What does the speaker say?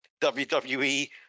WWE